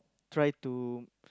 try to